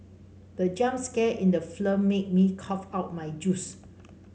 the jump scare in the made me cough out my juice